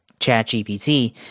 ChatGPT